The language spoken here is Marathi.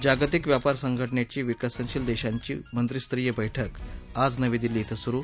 जागतिक व्यापर संघटनद्वी विकसनशील दक्षाची मंत्रीस्तरीय बैठकी आज नवी दिल्ली इथं सुरु